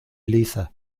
liza